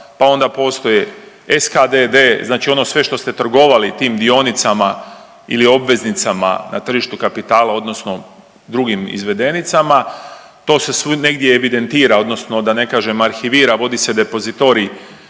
pa onda postoje SKDD znači ono sve što ste trgovali tim dionicama ili obveznicama na tržištu kapitala odnosno drugim izvedenicama, to se negdje evidentira odnosno da ne kažem arhivira vodi se depozitorij